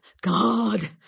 God